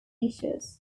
features